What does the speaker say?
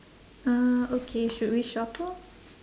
uh okay should we shuffle